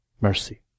Mercy